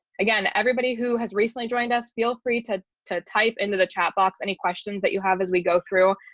again, everybody who has recently joined us feel free to to type into the chat box, any questions that you have, as we go through,